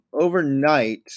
Overnight